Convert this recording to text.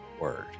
word